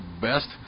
best